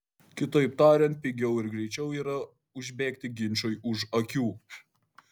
kitaip tariant pigiau ir greičiau yra užbėgti ginčui už akių